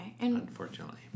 unfortunately